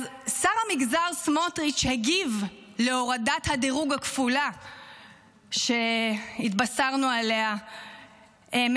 אז שר המגזר סמוטריץ' הגיב על הורדת הדירוג הכפולה שהתבשרנו עליה אמש,